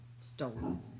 stolen